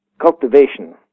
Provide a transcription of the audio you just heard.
cultivation